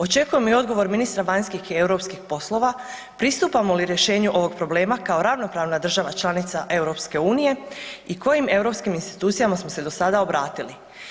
Očekujem i odgovor ministra vanjskih i europskih poslova pristupamo li rješenju ovog problema kao ravnopravna država članica EU i kojim europskim institucijama smo se do sada obratili.